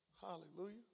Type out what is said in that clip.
Hallelujah